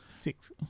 Six